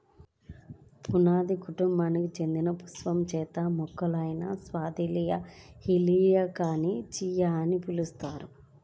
పుదీనా కుటుంబానికి చెందిన పుష్పించే మొక్క అయిన సాల్వియా హిస్పానికాని చియా అని పిలుస్తారు